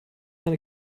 eine